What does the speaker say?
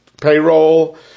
payroll